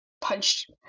punched